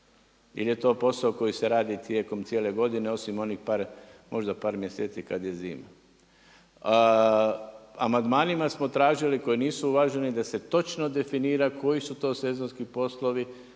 Ili je to posao koji ste radi tijekom cijele godine osim onih par mjeseci kada je zima. Amandmanima smo tražili, koji nisu uvaženi da se točno definira koji su to sezonski poslovi,